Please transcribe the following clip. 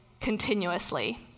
continuously